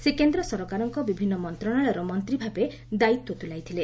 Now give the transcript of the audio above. ସେ କେନ୍ଦ୍ର ସରକାରଙ୍କ ବିଭିନ୍ନ ମନ୍ତ୍ରଣାଳୟର ମନ୍ତ୍ରୀ ଭାବେ ଦାୟିତ୍ୱ ତୁଲାଇଥିଲେ